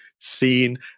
seen